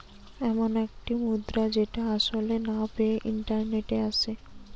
এমন একটি মুদ্রা যেটা আসলে না পেয়ে ইন্টারনেটে আসে